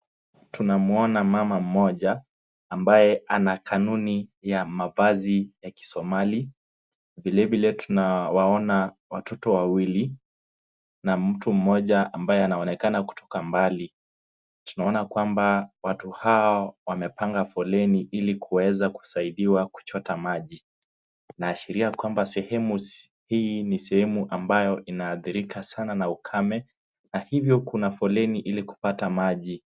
Tunaona mama mmoja ambaye anakanuni za kisomali. Vilevile tunawaona watoto wawili na mtu mmoja ambaye anaonekana kutoka mbali. Tunaona kwamba watu wao wamepanga foleni ili kuweza kusaidiwa kucota maji. Inaashiria kwamba sehemu hii ni sehemu amabayo inaathirika sana na ukame na hivo kuna foleni ili kupata maji.